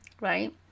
right